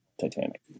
Titanic